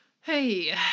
Hey